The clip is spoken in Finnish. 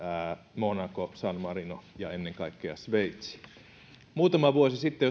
monaco san marino ja ennen kaikkea sveitsi muutama vuosi sitten